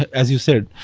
as you said,